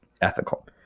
ethical